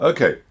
Okay